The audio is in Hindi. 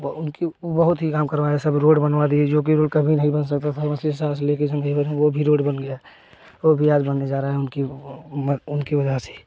ब उनकी बहुत ही काम करवाए जैसे अभी रोड बनवा दिए जो कि रोड कभी नहीं बन सकता था वह भी रोड बन गया वह भी आज बनने जा रहा है उनकी म उनकी वजह से